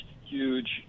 huge